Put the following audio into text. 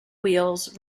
wheels